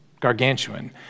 gargantuan